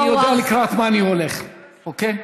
אני יודע לקראת מה אני הולך, אוקיי?